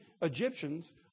Egyptians